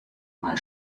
mal